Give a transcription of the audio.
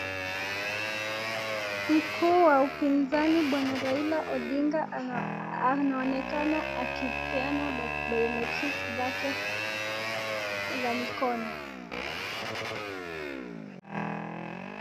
Mkuu wa upinzani bwana Raila Odinga anaonekana akipeana biometric zake za mikono.